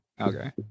Okay